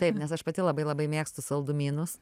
taip nes aš pati labai labai mėgstu saldumynus